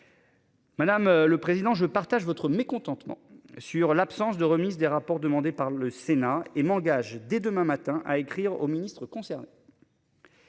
Madame le président. Je partage votre mécontentement sur l'absence de remise des rapports demandés par le Sénat et m'engage dès demain matin à écrire au ministre concerné.